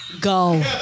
Go